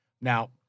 Now